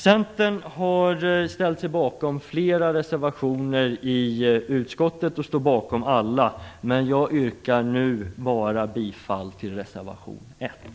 Centern har ställt sig bakom flera reservationer i utskottet och står bakom alla, men jag yrkar nu bifall bara till reservation 1.